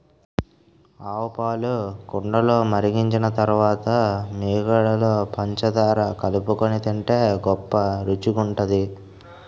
ఆవుపాలు కుండలో మరిగించిన తరువాత మీగడలో పంచదార కలుపుకొని తింటే గొప్ప రుచిగుంటది